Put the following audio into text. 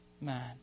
man